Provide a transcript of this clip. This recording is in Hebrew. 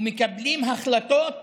ומקבלים החלטות